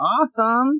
awesome